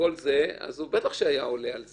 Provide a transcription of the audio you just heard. "מוסד ציבורי" משרדי הממשלה, הסוכנות היהודית לארץ